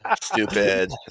stupid